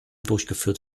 durchgeführt